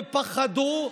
ופחדו,